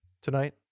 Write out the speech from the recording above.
tonight